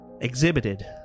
exhibited